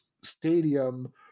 stadium